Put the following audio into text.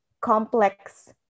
complex